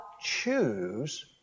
choose